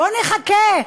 בואו נחכה.